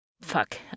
Fuck